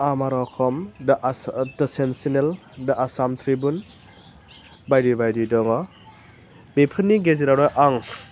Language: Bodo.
आमार Asom the Sentinel the Assam Tribune बायदि बायदि दङ बेफोरनि गेजेरावनो आं